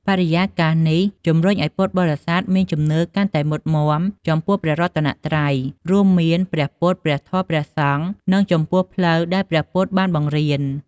បរិយាកាសនេះជម្រុញឱ្យពុទ្ធបរិស័ទមានជំនឿកាន់តែមុតមាំចំពោះព្រះរតនត្រ័យ រួមមាន ព្រះពុទ្ធ ព្រះធម៌ ព្រះសង្ឃ និងចំពោះផ្លូវដែលព្រះពុទ្ធបានបង្រៀន។